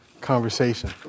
conversation